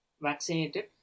vaccinated